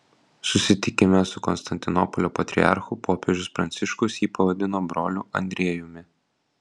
susitikime su konstantinopolio patriarchu popiežius pranciškus jį pavadino broliu andriejumi